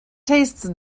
tastes